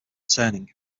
turning